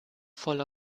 voll